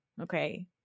Okay